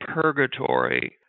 Purgatory